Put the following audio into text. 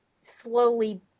slowly